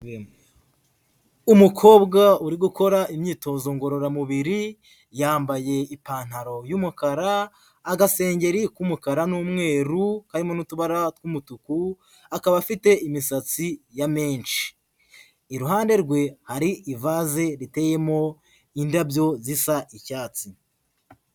Umukobwa uri gukora imyitozo ngororamubiri yambaye ipantaro y'umukara agasengeri k'umukara n'umweru karimo n'utubara tw'umutuku, akaba afite imisatsi ya menshi. Iruhande rwe hari ivase riteyemo indabyo zisa icyatsi.